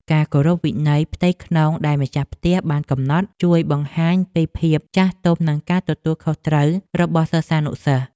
ការគោរពវិន័យផ្ទៃក្នុងដែលម្ចាស់ផ្ទះបានកំណត់ ជួយបង្ហាញពីភាពចាស់ទុំនិងការទទួលខុសត្រូវរបស់សិស្សានុសិស្ស។